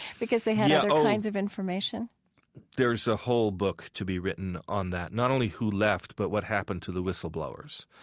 because they had other kinds of information there's a whole book to be written on that, not only who left but what happened to the whistleblowers.